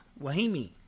Wahimi